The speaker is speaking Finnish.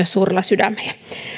suurella sydämellä